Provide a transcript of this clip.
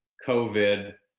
covid,